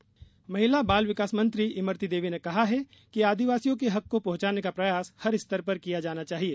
इमरती देवी महिला बाल विकास मंत्री इमरती देवी ने कहा कि आदिवासियों के हक को पहुंचाने का प्रयास हर स्तर पर किया जाना चाहिए